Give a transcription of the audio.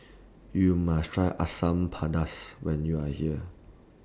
YOU must Try Asam Pedas when YOU Are here